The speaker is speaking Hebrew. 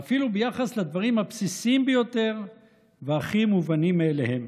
ואפילו ביחס לדברים הבסיסיים ביותר והכי מובנים מאליהם.